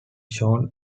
shown